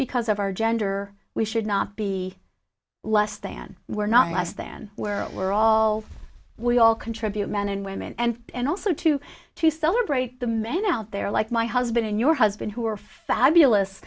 because of our gender we should not be less than we're not less than where we're all we all contribute men and women and also to to celebrate the men out there like my husband and your husband who are fabulous